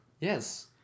yes